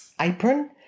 apron